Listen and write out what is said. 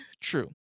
True